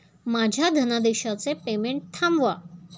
माझ्या धनादेशाचे पेमेंट थांबवा